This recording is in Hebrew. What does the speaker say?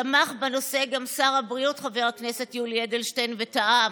תמך בנושא גם שר הבריאות חבר הכנסת יולי אדלשטיין וטען: